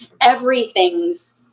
everything's